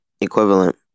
Equivalent